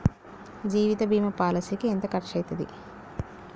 జీవిత బీమా పాలసీకి ఎంత ఖర్చయితది?